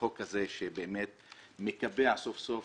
החוק הזה שבאמת מקבע סוף סוף,